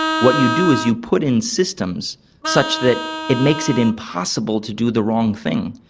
what you do is you put in systems such that it makes it impossible to do the wrong thing,